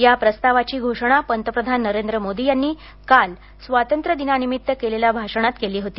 या प्रस्तावाची घोषणा पंतप्रधान नरेंद्र मोदी यांनी काल स्वातंत्र्यदिनानिमित्त केलेल्या भाषणांत केली होती